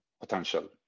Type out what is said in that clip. potential